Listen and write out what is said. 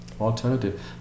alternative